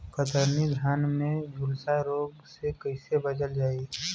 कतरनी धान में झुलसा रोग से कइसे बचल जाई?